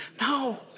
No